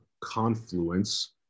confluence